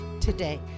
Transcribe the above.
today